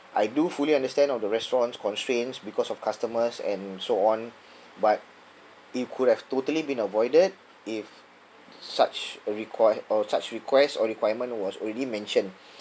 I do fully understand of the restaurant's constraints because of customers and so on but it could have totally been avoided if such a require~ or such requests or requirement was already mentioned